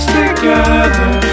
together